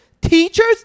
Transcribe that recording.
teachers